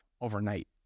overnight